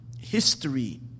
history